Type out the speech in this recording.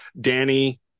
Danny